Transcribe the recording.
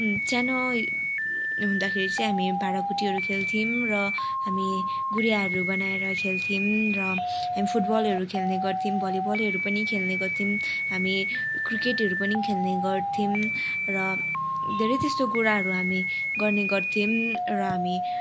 सानो हुँदाखेरि चाहिँ हामी भाँडाकुटीहरू खेल्थ्यौँ र हामी गुडियाहरू बनाएर खेल्थ्यौँ र हामी फुटबलहरू खेल्ने गर्थ्यौँ भलिबलहरू पनि खेल्ने गर्थ्यौँ हामी क्रिकेटहरू पनि खेल्ने गर्थ्यौँ र धेरै त्यस्तो कुराहरू हामी गर्ने गर्थ्यौँ र हामी